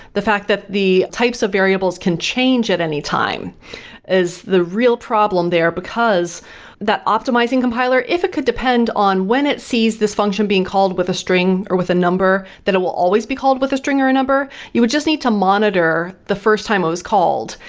the fact that the types of variables can change at any time is the real problem there because that optimizing compiler, if it could depend on when it sees this function being called with a string or with a number, that it will always be called with a stringer and upper you would just need to monitor the first time it was called.